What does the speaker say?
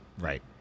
Right